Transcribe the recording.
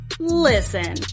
Listen